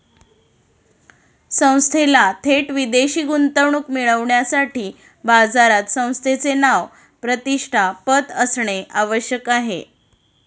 संस्थेला थेट विदेशी गुंतवणूक मिळविण्यासाठी बाजारात संस्थेचे नाव, प्रतिष्ठा, पत असणे आवश्यक आहे